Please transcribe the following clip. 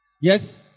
Yes